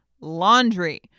Laundry